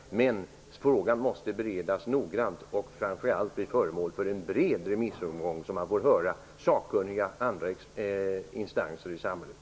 Men frågan måste beredas noggrant och framför allt bli föremål för en bred remissomgång, så att man får höra sakkunniga instanser i samhället.